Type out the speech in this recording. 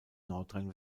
nordrhein